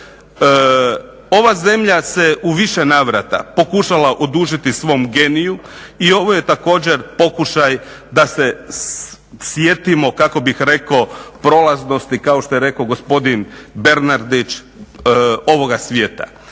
Ova zemlja se u više navrata pokušala odužiti svom geniju i ovo je također pokušaj da se sjetimo kako bih rekao prolaznosti, kao što je rekao gospodin Bernardić ovoga svijeta.